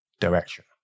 direction